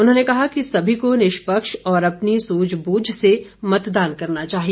उन्होंने कहा कि सभी को निष्पक्ष और अपनी सूझबूझ से मतदान करना चाहिए